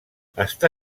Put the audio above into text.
està